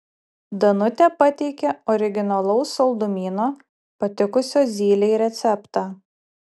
danutė pateikė originalaus saldumyno patikusio zylei receptą